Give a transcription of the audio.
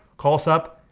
call us up,